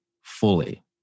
fully